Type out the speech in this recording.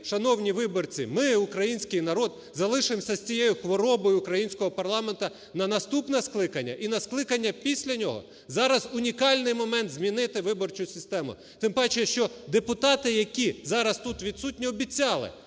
шановні виборці, ми, український народ, залишимося з цією хворобою українського парламенту на наступне скликання і на скликання після нього. Зараз унікальний момент змінити виборчу систему. Тим паче, що депутати, які зараз тут відсутні обіцяли,